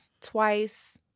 twice